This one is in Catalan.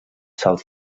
sals